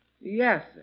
Yes